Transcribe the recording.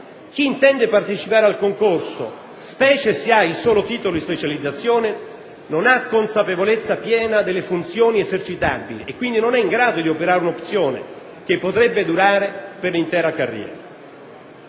chi intende partecipare al concorso, specie se ha il solo titolo di specializzazione, non ha consapevolezza piena delle funzioni esercitabili e quindi non è in grado di operare un'opzione che potrebbe durare per l'intera carriera;